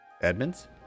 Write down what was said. Edmonds